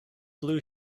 blue